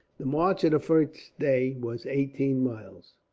the march the first day was eighteen miles,